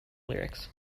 lyrics